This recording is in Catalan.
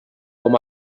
com